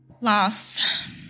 Loss